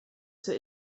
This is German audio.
zur